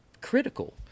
critical